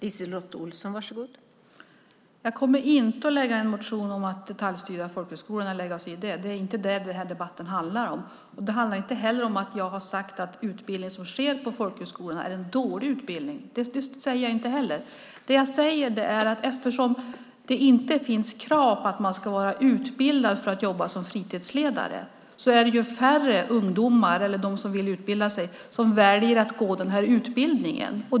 Fru talman! Jag kommer inte att lägga fram en motion om att detaljstyra folkhögskolorna och lägga mig i det. Det är inte det debatten handlar om. Den handlar inte heller om att den utbildning som sker på folkhögskolorna skulle vara dålig. Det säger jag inte heller. Jag säger att eftersom det inte finns krav på att man ska vara utbildad för att jobba som fritidsledare är det färre som väljer att gå den här utbildningen.